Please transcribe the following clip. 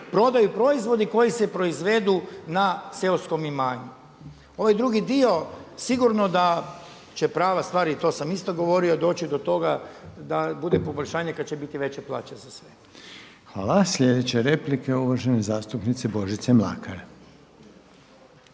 prodaju proizvodi koji se proizvedu na seoskom imanju. Ovaj drugi dio sigurno da će prava stvar i to sam isto govorio doći do toga da bude poboljšanje kada će biti veće plaće za sve. **Reiner, Željko (HDZ)** Hvala. Sljedeća replika je uvažene zastupnice Božice Makar.